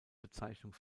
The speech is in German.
bezeichnung